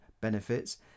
benefits